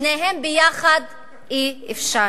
שניהם ביחד אי-אפשר.